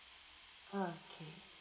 okay